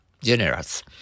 generous